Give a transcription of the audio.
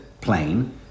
plane